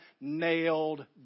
nailed